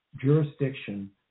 jurisdiction